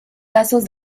casos